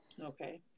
Okay